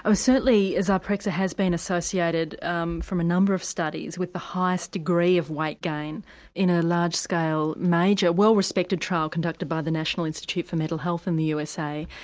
ah certainly zyprexa has been associated um from a number of studies with the highest degree of weight gain in a large scale, major, well respected trial conducted by the national institute for mental health in the usa,